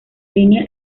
línea